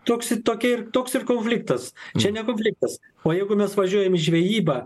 toks i tokia ir toks ir konfliktas čia ne konfliktas o jeigu mes važiuojam į žvejybą